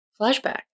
flashback